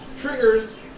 triggers